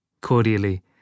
Cordially